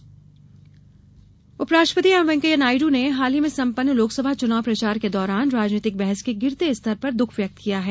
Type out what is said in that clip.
उपराष्ट्रपति चुनाव उपराष्ट्रपति एम वेंकैया नायडू ने हाल में सम्पन्न लोकसभा चुनाव प्रचार के दौरान राजनीतिक बहस के गिरते स्तर पर दुख व्यक्त किया है